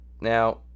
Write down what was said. Now